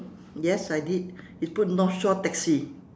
yes I did it's put north shore taxi